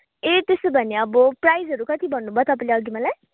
ए त्यसो भने अब प्राइसहरू कति भन्नुभयो तपाईँले अघि मलाई